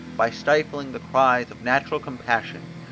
by stifling the cries of natural compassion,